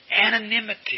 Anonymity